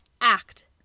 act